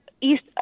East